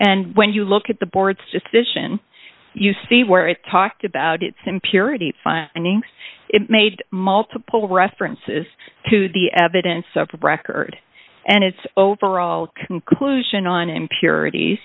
and when you look at the board's decision you see where it talked about its impurity findings it made multiple references to the evidence of record and its overall conclusion on impurit